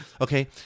okay